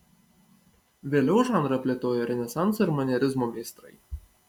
vėliau žanrą plėtojo renesanso ir manierizmo meistrai